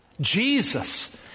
Jesus